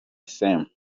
same